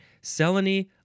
Selene